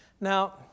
Now